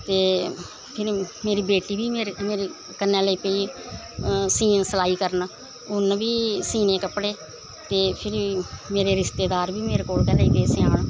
ते फिर मेरी बेटी बी मेरे कन्नै लेई पेई सीन सलाई करन उन्न बी सीने कपड़े ते फिरी मेरे रिश्तेदार बी मेरे कोल गै लगी पे सेआन